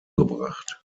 gebracht